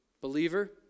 believer